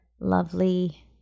lovely